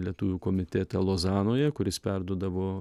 lietuvių komitetą lozanoje kuris perduodavo